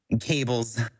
cables